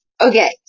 Okay